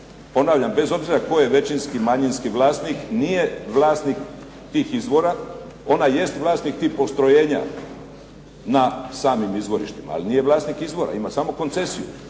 ponavljam bez obzira tko je većinski, manjinski vlasnik nije vlasnik tih izvora. Ona jest vlasnik tih postrojenja na samim izvorištima, ali nije vlasnik izvora. Ima samo koncesiju.